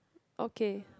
okay